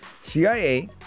CIA